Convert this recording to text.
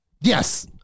Yes